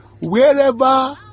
wherever